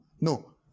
No